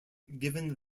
given